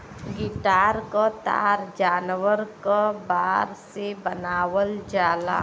guitar क तार जानवर क बार से बनावल जाला